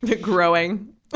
Growing